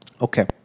Okay